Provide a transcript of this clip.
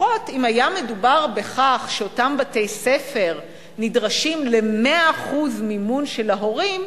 לפחות אם היה מדובר בכך שאותם בתי-ספר נדרשים ל-100% מימון של ההורים,